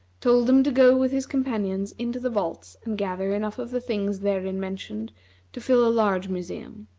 told him to go with his companions into the vaults and gather enough of the things therein mentioned to fill a large museum.